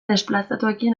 desplazatuekin